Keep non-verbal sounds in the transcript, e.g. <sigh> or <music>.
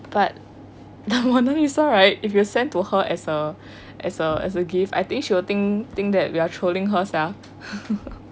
but the mona lisa right if you send to her as a as a as a gift I think she will think think that we are trolling her sia <laughs>